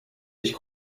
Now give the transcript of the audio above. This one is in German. ich